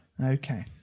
Okay